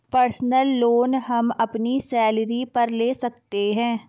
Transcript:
personal loan हम अपनी salary पर ले सकते है